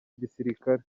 igisirikare